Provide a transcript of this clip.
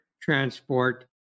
transport